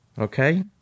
Okay